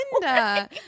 Linda